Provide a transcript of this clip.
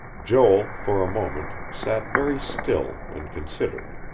joel, for a moment, sat very still and considered.